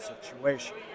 situation